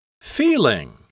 Feeling